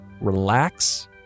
Relax